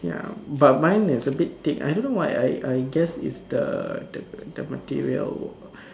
ya but mine is a bit thick I don't know why I I guess is the the material